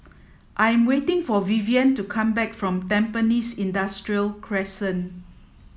I'm waiting for Vivienne to come back from Tampines Industrial Crescent